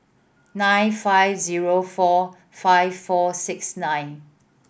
nine five zero four five four six nine